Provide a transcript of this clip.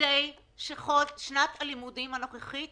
כדי ששנת הלימודים הנוכחית